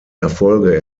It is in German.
erfolge